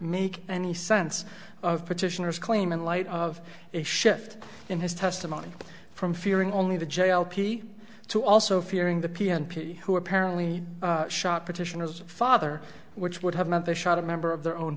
make any sense of petitioners claim in light of a shift in his testimony from fearing only the jail p two also fearing the p n p who apparently shot petitioners father which would have meant they shot a member of their own